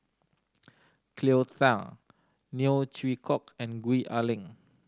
Cleo Thang Neo Chwee Kok and Gwee Ah Leng